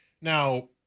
Now